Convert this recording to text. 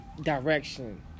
direction